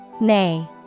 Nay